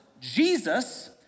Jesus